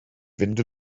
fynd